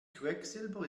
quecksilber